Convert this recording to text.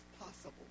possible